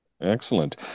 excellent